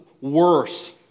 worse